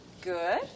good